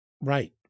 Right